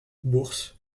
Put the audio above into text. bourse